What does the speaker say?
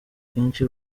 akenshi